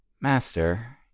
Master